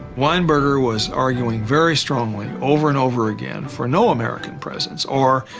weinberger was arguing very strongly over and over again for no american presence or,